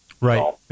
Right